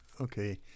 Okay